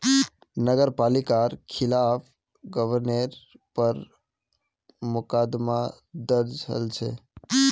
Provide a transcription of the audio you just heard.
नगर पालिकार खिलाफ गबनेर पर मुकदमा दर्ज हल छ